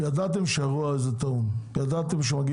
ידעתם שהורגים עיתונאים